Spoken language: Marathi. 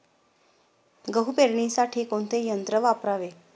गहू पेरणीसाठी कोणते यंत्र वापरावे?